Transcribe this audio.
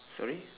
sorry